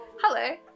Hello